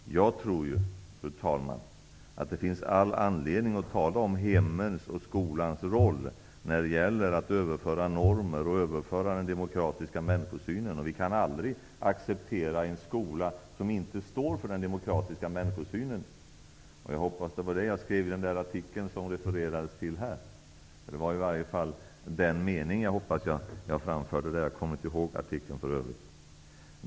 Fru talman! Jag tror att det finns all anledning att tala om hemmens och skolans roll när det gäller att överföra normer och den demokratiska människosynen. Vi kan aldrig acceptera en skola som inte står för den demokratiska människosynen. Det var det jag skrev i den artikel som refererades till här. Det var i varje fall den mening jag hoppas att jag framförde. Jag kommer inte ihåg artikeln för övrigt.